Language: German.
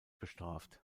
bestraft